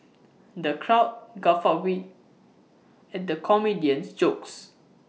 the crowd guffawed we at the comedian's jokes